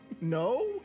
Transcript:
No